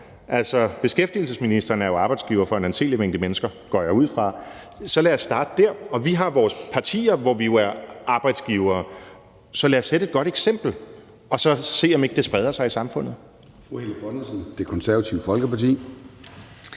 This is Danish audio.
foran. Beskæftigelsesministeren er jo arbejdsgiver for en anselig mængde mennesker, går jeg ud fra. Så lad os starte der. Og vi har vores partier, hvor vi jo er arbejdsgivere. Så lad os sætte et godt eksempel og så se, om ikke det spreder sig i samfundet.